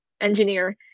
engineer